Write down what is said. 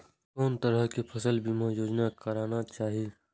कोन तरह के फसल बीमा योजना कराना चाही?